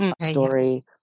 story